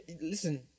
listen